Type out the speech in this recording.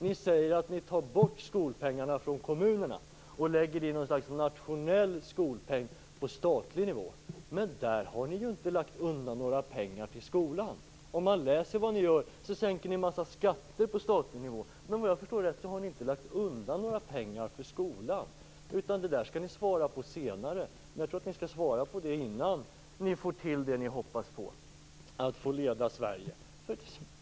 Ni säger att ni vill ta bort skolpengarna från kommunerna och lägga dem i något slags nationell skolpeng på statlig nivå. Men i det sammanhanget har ni ju inte lagt undan några pengar till skolan. Ni vill sänka en massa skatter på statlig nivå. Men såvitt jag förstår har ni inte lagt undan några pengar för skolan, utan den frågan skall ni svara på senare. Men jag tycker att ni borde svara på den innan det blir som ni hoppas, att ni får leda Sverige.